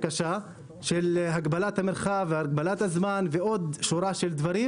קשה של הגבלת המרחב והגבלת הזמן ועוד שורה של דברים,